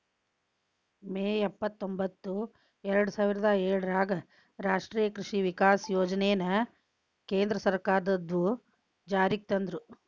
ಮೇ ಇಪ್ಪತ್ರೊಂಭತ್ತು ಎರ್ಡಸಾವಿರದ ಏಳರಾಗ ರಾಷ್ಟೇಯ ಕೃಷಿ ವಿಕಾಸ ಯೋಜನೆನ ಕೇಂದ್ರ ಸರ್ಕಾರದ್ವರು ಜಾರಿಗೆ ತಂದ್ರು